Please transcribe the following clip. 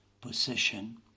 position